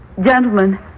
Gentlemen